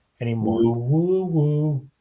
anymore